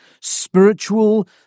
Spiritual